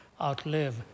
outlive